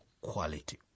quality